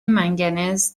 منگنز